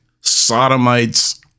sodomites